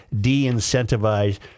de-incentivize